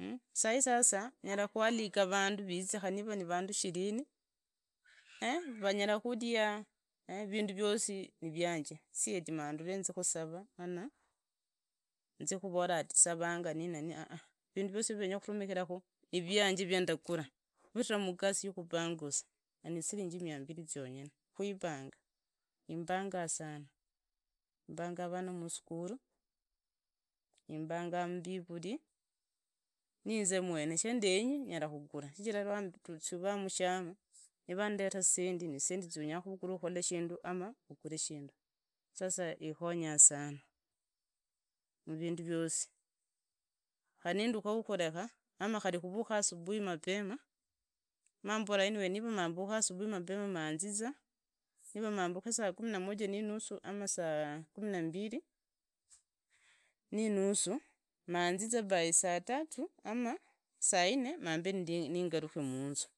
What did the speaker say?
Mmh sai sasa nyala khualika vandu vize khari nive ni vandu shirini, vanyala khuria vindu viosi nivianje, si eti ndamaarule nzi khusara anaa nzi kuvora ati savanga nini na nini ahaha vindu viosi ndakhula ni vianje riandakhula mugasi ya khubangusa na nisiringi mia mbili, zienyene kwibanga, zibanga sana mbanga vana musukhulu, zibangaa mbiruri. Khari khuinzi mwene nzibanya shandinyi nyala khugura shichira lwasiavaa mashama nivandetere zisendi, nizisendi tzia unyala khuvugula shindu ama uyulu shindu sasa ingonyanya sana, muindu viosi, khari, nindukha warikurekhu amaa khari khuruka asubuhi mapema, mamboka anyway niva mambukhe asubui mapema mazi za, nira mambuke saa kumi na moja ninusu anoo saa kumi na mbili ninusu, maanzi za by saa tatu, ama saine maambe ningalakhi munzu,